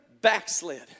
backslid